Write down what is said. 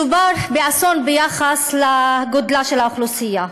מדובר באסון ביחס לגודלה של האוכלוסייה.